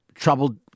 troubled